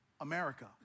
America